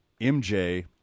MJ